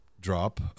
drop